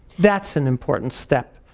that's an important step.